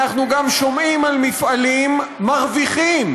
אנחנו גם שומעים על מפעלים מרוויחים